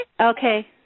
Okay